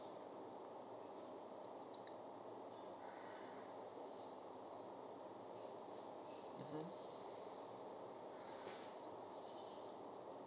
mmhmm